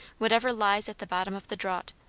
whatever lies at the bottom of the draught.